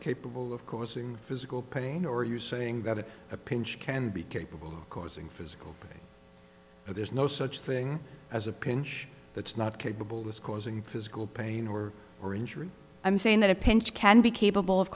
capable of causing physical pain or are you saying that at a pinch can be capable of causing physical but there's no such thing as a pinch that's not capable of causing physical pain or or injury i'm saying that a pinch can be capable of